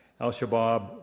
Al-Shabaab